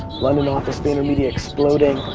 london office, the vaynermedia exploding.